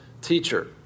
teacher